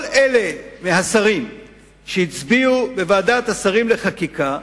כל אלה מהשרים שהצביעו בוועדת השרים לחקיקה,